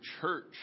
church